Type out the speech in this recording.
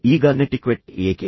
ಈಗ ನೆಟಿಕ್ವೆಟ್ ಏಕೆ